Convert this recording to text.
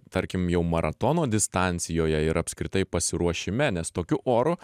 tarkim jau maratono distancijoje ir apskritai pasiruošime nes tokiu oru